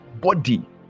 body